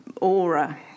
aura